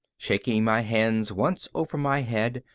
shaking my hands once over my head,